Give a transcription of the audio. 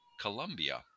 Colombia